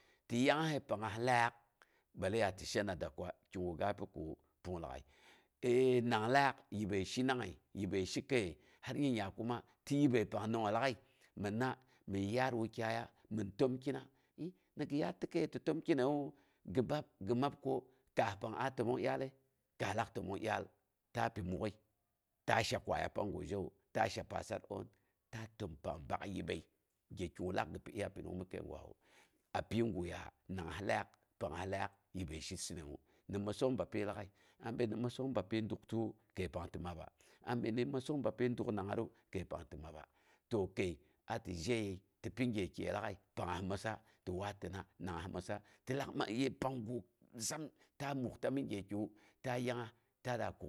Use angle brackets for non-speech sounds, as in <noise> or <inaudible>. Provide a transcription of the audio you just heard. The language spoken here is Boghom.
Ti yangngase pangngas laaie, əiya tɨ shena da kigu ga pikiwa pung lag'ai. <hesitation> nang laa yibbəi shin- nangngei, yibbəi shi kəye hal nyingnya kuma ti yibbəi pang nongnəi lag'ai minna mɨn yaar wukyaiya min təm khina. Ni gi yaat ti kəi te tən kini wu gi mab ko kaas pang a tənong dyalle? Kaas lak təmong dyaal. Ta pi muk'oi, ta sha kwaya panggu zhewu, ta sha pasar oon, ta təm pang bak yibbu, gyekigu lak gi pi uja pinung mi kəigwawu api gaya pangngas laak nangnges laak yibbəi shisɨnəwu. Ni məssong bapyi lag'ai, abin ni məssong bapyi doktiwu, kəi pang ti maba, abin ni məssong bapyi duk nangngatru kəi pang ti maba. To kəi a ti zheyəi ti pi gyekiye lag'ai pangngas məssa ti waatina, nangngas məssa ti laak man gife pangu sam ta mukta mi gyekiwu ta yangngas ta da ku.